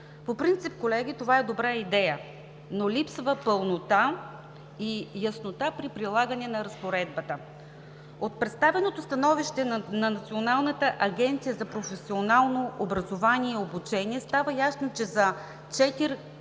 По принцип, колеги, това е добра идея, но липсва пълнота и яснота при прилагане на разпоредбата. От представеното становище на Националната агенция за професионално образование и обучение става ясно, че за